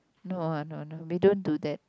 no I'm no no we don't do that